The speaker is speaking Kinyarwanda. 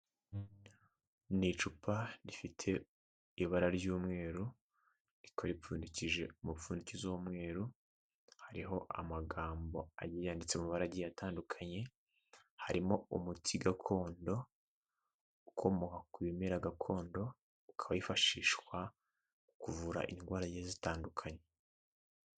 Ni icupa rifite ibara ry'umweru rikorapfundikije umupfunindiki w'umweru hariho amagambo a yanyanditse mu marage atandukanye harimo umutsi gakondo ukomoka ku bimera gakondo ukaba wifashishwa mu kuvura indwara ye zitandukanye.